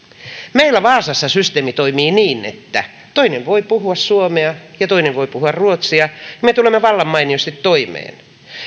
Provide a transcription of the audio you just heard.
meillä vaasassa systeemi toimii niin että toinen voi puhua suomea ja toinen voi puhua ruotsia me tulemme vallan mainiosti toimeen